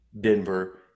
Denver